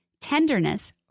tenderness